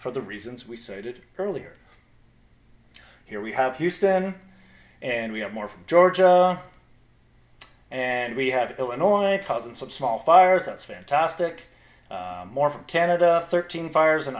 for the reasons we cited earlier here we have houston and we have more from georgia and we have illinois causing some small fires that's fantastic more from canada thirteen fires in